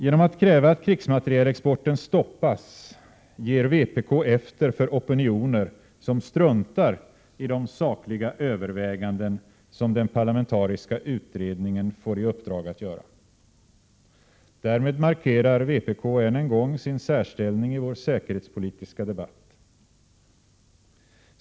Genom att kräva att krigsmaterielexporten skall stoppas ger vpk efter för opinioner som struntar i de sakliga överväganden som den parlamentariska utredningen får i uppdrag att göra. Därmed markerar vpk ännu en gång sin särställning i vår säkerhetspolitiska debatt.